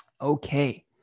Okay